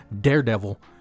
Daredevil